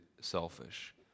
selfish